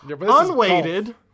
Unweighted